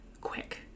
quick